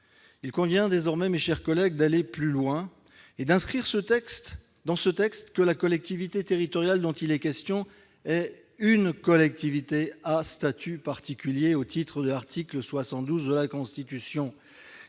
Il convient désormais, mes chers collègues, d'aller plus loin et d'inscrire dans ce texte que la collectivité territoriale dont il est question est une collectivité à statut particulier au titre de l'article 72 de la Constitution.